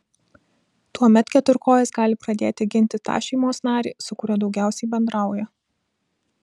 tuomet keturkojis gali pradėti ginti tą šeimos narį su kuriuo daugiausiai bendrauja